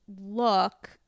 look